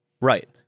Right